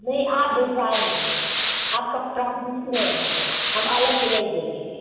नहीं आप भिजवाएंगे आपका प्रोमिट इसी में रहेगा हम अलग से नहीं देंगे